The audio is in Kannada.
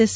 ಎಸ್